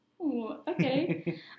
Okay